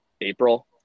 April